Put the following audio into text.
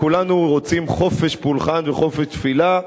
כולנו רוצים חופש פולחן וחופש תפילה.